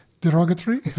derogatory